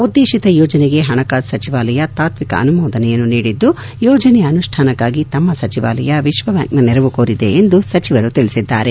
ಉದ್ದೇತಿತ ಯೋಜನೆಗೆ ಹಣಕಾಸು ಸಚಿವಾಲಯ ತಾತ್ವಿಕ ಅನುಮೋದನೆಯನ್ನು ನೀಡಿದ್ದು ಯೋಜನೆಯ ಅನುಷ್ಠಾನಕ್ಕಾಗಿ ತಮ್ಮ ಸಚಿವಾಲಯ ವಿಶ್ವಬ್ಬಾಂಕ್ನ ನೆರವು ಕೋರಿದೆ ಎಂದು ಸಚಿವರು ತಿಳಿಸಿದ್ದಾರೆ